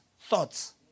Thoughts